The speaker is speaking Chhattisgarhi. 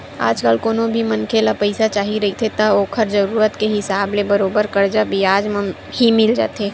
आजकल कोनो भी मनखे ल पइसा चाही रहिथे त ओखर जरुरत के हिसाब ले बरोबर करजा बियाज म ही मिलथे